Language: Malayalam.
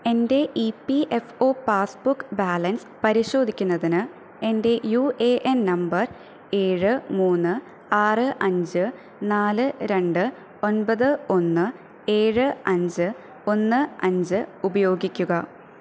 എൻ്റെ E P F O passbook balance പരിശോധിക്കുന്നതിന് എൻ്റെ യു എ എൻ നമ്പർ ഏഴ് മൂന്ന് ആറ് അഞ്ച് നാല് രണ്ട് ഒൻപത് ഒന്ന് ഏഴ് അഞ്ച് ഒന്ന് അഞ്ച് ഉപയോഗിക്കുക